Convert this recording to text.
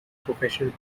professional